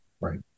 Right